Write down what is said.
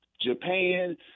Japan